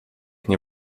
nie